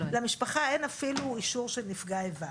למשפחה אין אפילו אישור של נפגע איבה.